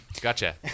Gotcha